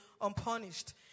unpunished